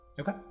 Okay